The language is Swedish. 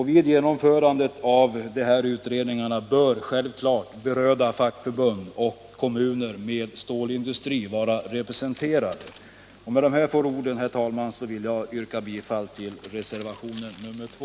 Vid genomförandet av dessa utredningar bör självklart berörda fackförbund och kommuner med stålindustri vara representerade. Med det anförda yrkar jag, herr talman, bifall till reservationen 2.